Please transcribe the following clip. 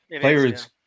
players